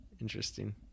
interesting